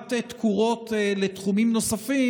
לגזירת תקורות לתחומים נוספים?